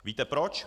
Víte proč?